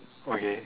okay